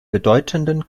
bedeutenden